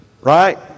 right